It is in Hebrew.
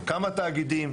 מכמה תאגידים.